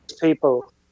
people